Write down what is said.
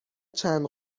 چند